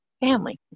family